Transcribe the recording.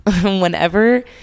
whenever